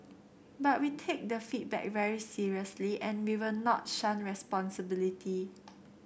but we take the feedback very seriously and we will not shun responsibility